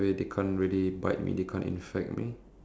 safety first definitely